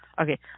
Okay